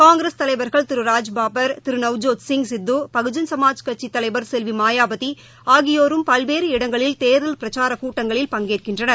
காங்கிரஸ் தலைவர்கள் திரு ராஜ்பப்பர் திருநவ்ஜோத்சிய் சித்து பகுஜன் சமாஜ் கட்சிதலைவர் செல்விமாயாவதி ஆகியோரும் பல்வேறு இடங்களில் தேர்தல் பிரச்சாரக் கூட்டங்களில் பங்கேற்கின்றனர்